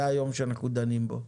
זה היום שאנחנו דנים בו,